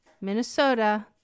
Minnesota